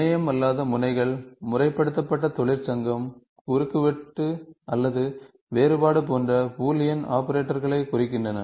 முனையம் அல்லாத முனைகள் முறைப்படுத்தப்பட்ட தொழிற்சங்கம் குறுக்குவெட்டு அல்லது வேறுபாடு போன்ற பூலியன் ஆபரேட்டர்களைக் குறிக்கின்றன